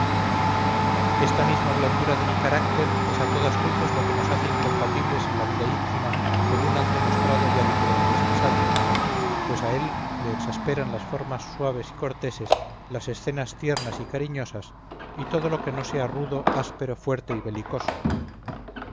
esta misma blandura de mi carácter es a todas luces lo que nos hace incompatibles en la vida íntima según han demostrado ya diferentes ensayos pues a él le exasperan las formas suaves y corteses las escenas tiernas y cariñosas y todo lo que no sea rudo áspero fuerte y belicoso